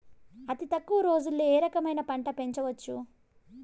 అతి తక్కువ రోజుల్లో ఏ రకమైన పంట పెంచవచ్చు?